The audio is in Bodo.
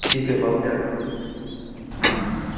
बि पि एफआबो देरहानो हायो